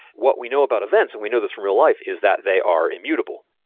what we know about events, and we know this real life, is that they are immutable.